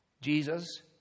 Jesus